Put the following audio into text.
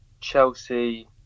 Chelsea